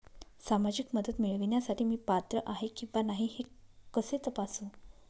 सामाजिक मदत मिळविण्यासाठी मी पात्र आहे किंवा नाही हे कसे तपासू?